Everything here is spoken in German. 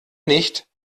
nicht